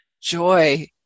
joy